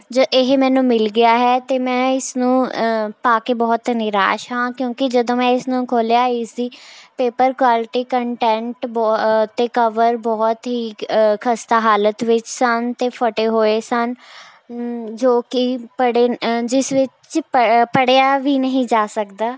ਇਹ ਮੈਨੂੰ ਮਿਲ ਗਿਆ ਹੈ ਅਤੇ ਮੈਂ ਇਸ ਨੂੰ ਪਾ ਕੇ ਬਹੁਤ ਨਿਰਾਸ਼ ਹਾਂ ਕਿਉਂਕਿ ਜਦੋਂ ਮੈਂ ਇਸ ਨੂੰ ਖੋਲ੍ਹਿਆ ਇਸ ਦੀ ਪੇਪਰ ਕੁਆਲਟੀ ਕੰਟੈਂਟ ਅਤੇ ਕਵਰ ਬਹੁਤ ਹੀ ਖਸਤਾ ਹਾਲਤ ਵਿੱਚ ਸਨ ਅਤੇ ਫਟੇ ਹੋਏ ਸਨ ਜੋ ਕਿ ਪੜ੍ਹੇ ਜਿਸ ਵਿੱਚ ਪੜ੍ਹ ਪੜ੍ਹਿਆ ਵੀ ਨਹੀਂ ਜਾ ਸਕਦਾ